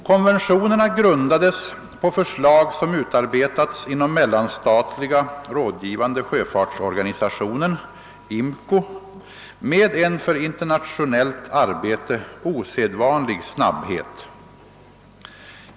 Konventionerna grundades på förslag som utarbetats inom Mellanstatliga rådgivande sjöfartsorganisationen — IMCO — med en för internationellt arbete osedvanlig snabbhet.